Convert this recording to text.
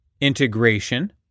integration